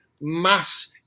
mass